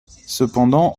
cependant